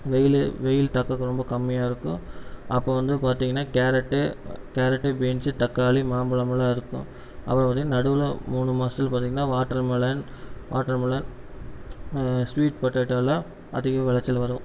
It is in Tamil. வெயில் வெயில் தாக்கம் ரொம்ப கம்மியாக இருக்கும் அப்போ வந்து பார்த்தீங்கன்னா கேரட்டு கேரட்டு பீன்ஸ்ஸு தக்காளி மாம்பழம்லாம் இருக்கும் அப்புறம் பார்த்தீங்கன்னா நடுவில் மூணு மாதத்துல பார்த்தீங்கன்னா வாட்டர்மிலன் வாட்டர்மிலன் ஸ்வீட் போட்டேட்டோலாக அதிக விளைச்சல் வரும்